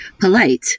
polite